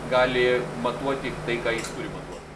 gali matuoti tai ką jis turi matuot